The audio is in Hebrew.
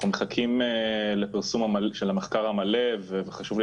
אנחנו מחכים לפרסום של המחקר המלא וחשוב לי